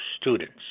students